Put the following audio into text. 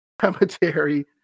cemetery